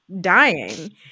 dying